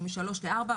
או משלוש לארבע,